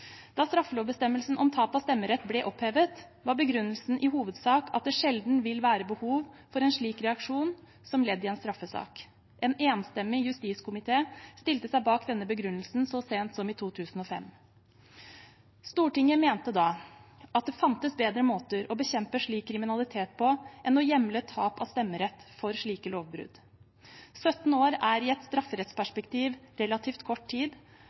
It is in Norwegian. Da straffelovbestemmelsen om tap av stemmerett ble opphevet, var begrunnelsen i hovedsak at det sjelden vil være behov for en slik reaksjon som ledd i en straffesak. En enstemmig justiskomité stilte seg bak denne begrunnelsen så sent som i 2005. Stortinget mente da at det fantes bedre måter å bekjempe slik kriminalitet på enn å hjemle tap av stemmerett for slike lovbrudd. 17 år er i et strafferettsperspektiv relativt kort tid,